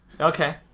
okay